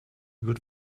good